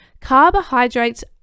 carbohydrates